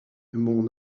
mon